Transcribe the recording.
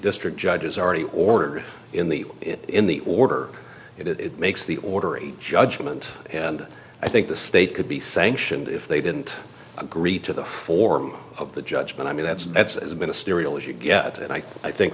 district judges already order in the in the order it makes the ordering judgment and i think the state could be sanctioned if they didn't agree to the form of the judgment i mean that's that's as ministerial as you get and i think